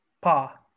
Pa